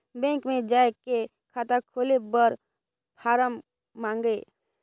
Bank मे जाय के खाता खोले बर फारम मंगाय?